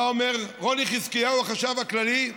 מה אומר רוני חזקיהו, החשב כללי?